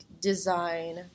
design